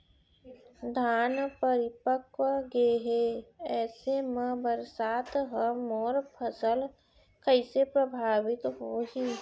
धान परिपक्व गेहे ऐसे म बरसात ह मोर फसल कइसे प्रभावित होही?